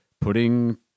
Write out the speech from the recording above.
putting